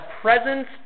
presence